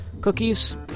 cookies